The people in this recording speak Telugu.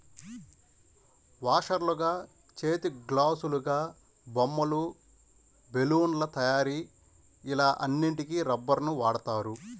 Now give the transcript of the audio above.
వాషర్లుగా, చేతిగ్లాసులాగా, బొమ్మలు, బెలూన్ల తయారీ ఇలా అన్నిటికి రబ్బరుని వాడుతారు